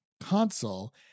console